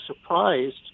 surprised